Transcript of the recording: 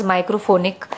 Microphonic